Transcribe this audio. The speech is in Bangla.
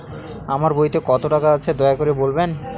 আমার বইতে কত টাকা আছে দয়া করে বলবেন?